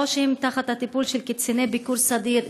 או שהם בטיפול של קציני ביקור סדיר,